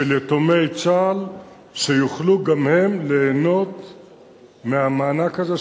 224. של יתומי צה"ל שיוכלו גם הם ליהנות מהמענק הזה,